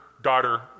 daughter